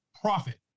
profit